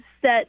set